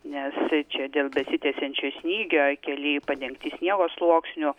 nes čia dėl besitęsiančio snygio keliai padengti sniego sluoksniu